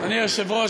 היושב-ראש,